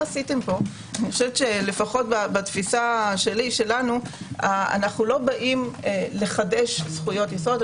לפחות בתפיסה שלנו אנו לא באים לחדש זכויות יסוד.